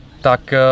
tak